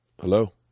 Hello